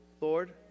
Lord